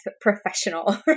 professional